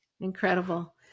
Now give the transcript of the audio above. Incredible